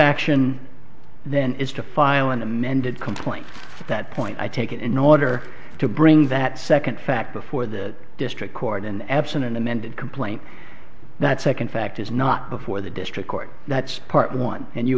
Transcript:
action then is to file an amended complaint at that point i take it in order to bring that second fact before the district court and absent an amended complaint that second fact is not before the district court that's part one and you